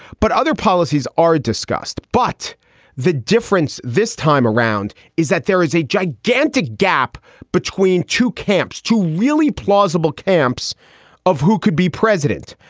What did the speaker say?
but other policies are discussed. but the difference this time around is that there is a gigantic gap between two camps, two really plausible camps of who could be president.